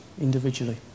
individually